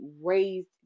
raised